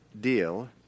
deal